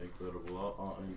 incredible